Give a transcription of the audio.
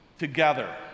together